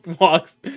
walks